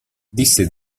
disse